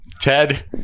Ted